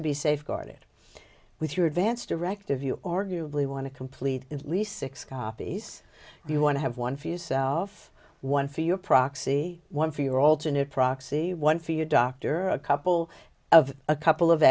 to be safeguarded with your advance directive you arguably want to complete least six copies if you want to have one for yourself one for your proxy one for your alternate proxy one for your doctor or a couple of a couple of